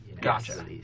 Gotcha